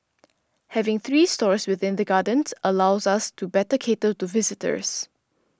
having three stores within the gardens allows us to better cater to visitors